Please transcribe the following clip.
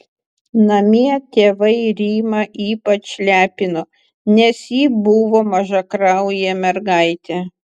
namie tėvai rimą ypač lepino nes ji buvo mažakraujė mergaitė